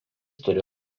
turi